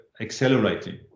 accelerating